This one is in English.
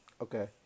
Okay